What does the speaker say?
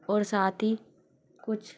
और साथ ही कुछ